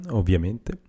ovviamente